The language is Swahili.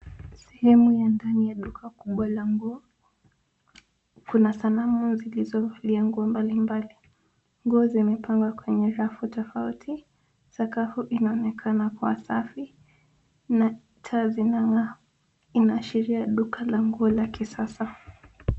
Sehemu ya ndani ya duka kubwa la nguo. Kuna sanamu zilizovalia nguo mbalimbali. Nguo zimepangwa kwenye rafu tofauti. Sakafu inaonekana kuwa safi na taa zinang'aa. Inaashiria duka la nguo la kisasa.